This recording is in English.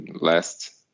last